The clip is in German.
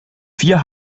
vier